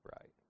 Right